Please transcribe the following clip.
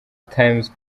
times